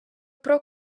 про